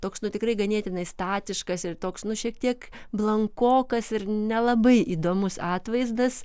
toks nu tikrai ganėtinai statiškas ir toks nu šiek tiek blankokas ir nelabai įdomus atvaizdas